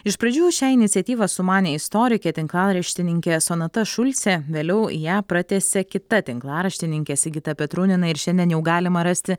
iš pradžių šią iniciatyvą sumanė istorikė tinklaraštininkė sonata šulcė vėliau ją pratęsė kita tinklaraštininkė sigita petrunina ir šiandien jau galima rasti